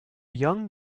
young